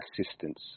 assistance